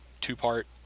two-part